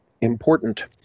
important